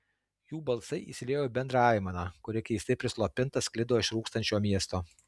jų balsai įsiliejo į bendrą aimaną kuri keistai prislopinta sklido iš rūkstančio miesto